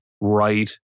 right